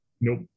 Nope